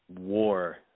war